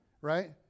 right